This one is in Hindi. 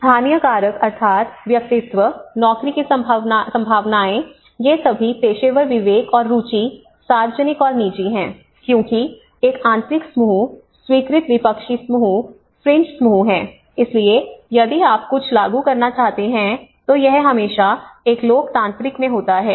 स्थानीय कारक अर्थात व्यक्तित्व नौकरी की संभावनाएं ये सभी पेशेवर विवेक और रुचि सार्वजनिक और निजी हैं क्योंकि एक आंतरिक समूह स्वीकृत विपक्षी समूह फ्रिंज समूह हैं इसलिए यदि आप कुछ लागू करना चाहते हैं तो यह हमेशा एक लोकतांत्रिक में होता है